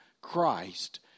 Christ